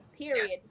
period